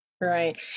Right